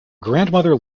grandmother